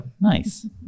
nice